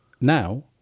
Now